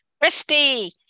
Christy